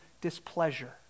displeasure